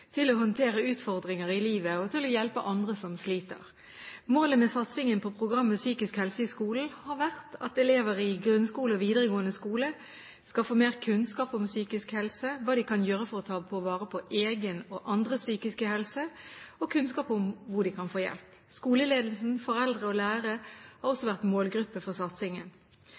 til å håndtere utfordringer i livet, og til å hjelpe andre som sliter. Målet med satsingen på programmet Psykisk helse i skolen har vært at elever i grunnskole og videregående skole skal få mer kunnskap om psykisk helse, hva de kan gjøre for å ta vare på egen og andres psykiske helse og kunnskap om hvor de kan få hjelp. Skoleledelsen, foreldre og lærere har også vært målgruppe for satsingen.